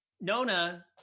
Nona